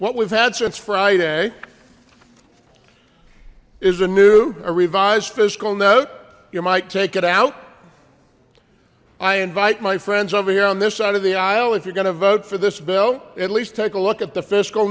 what we've had since friday is a new a revised fiscal note you might take it out i invite my friends over here on this side of the aisle if you're gonna vote for this bill at least take a look at the fiscal